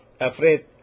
afraid